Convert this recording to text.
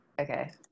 Okay